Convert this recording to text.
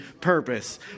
purpose